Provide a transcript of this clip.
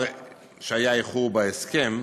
אז הוא הורג בלי הבחנה.